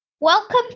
Welcome